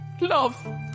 Love